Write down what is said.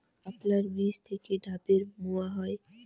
শাপলার বীজ থেকে ঢ্যাপের মোয়া হয়?